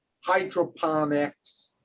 hydroponics